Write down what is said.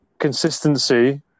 consistency